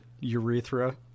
urethra